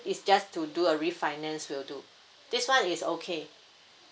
it's just to do a refinance will do this [one] is okay